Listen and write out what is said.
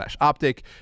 optic